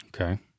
Okay